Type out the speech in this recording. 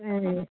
ও